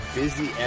busy